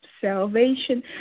salvation